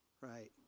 Right